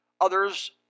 Others